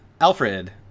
Alfred